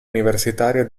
universitario